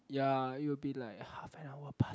ya it will be like half an hour plus